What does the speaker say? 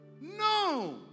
No